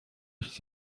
ist